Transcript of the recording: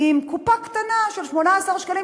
עם קופה קטנה של 18,000 שקלים,